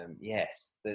yes